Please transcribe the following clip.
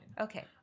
Okay